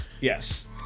Yes